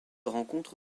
rencontre